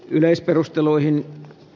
yleisperusteluina